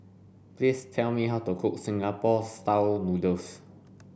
please tell me how to cook Singapore style noodles